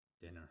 Dinner